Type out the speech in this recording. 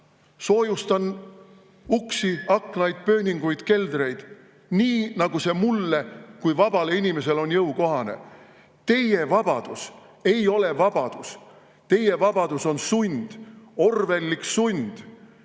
Soojustan uksi-aknaid, pööninguid, keldreid nii, nagu see mulle kui vabale inimesele on jõukohane. Teie vabadus ei ole vabadus. Teie vabadus on sund, orwelllik sund,